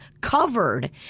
covered